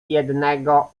jednego